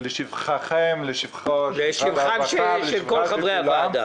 לשבחכם --- לשבחם של כל חברי הוועדה.